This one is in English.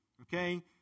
okay